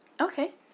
Okay